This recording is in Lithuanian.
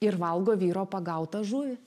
ir valgo vyro pagautą žuvį